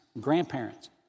grandparents